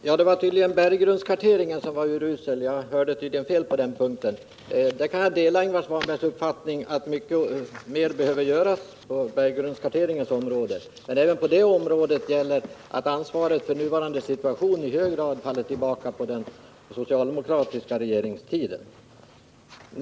Herr talman! Det var tydligen berggrundskarteringen som var urusel, så jag hörde antagligen fel på den punkten. Jag delar Ingvar Svanbergs uppfattning att mycket mer behöver göras på berggrundskarteringens område. Men även där gäller att ansvaret för nuvarande situation i hög grad faller tillbaka till den socialdemokratiska regeringstiden.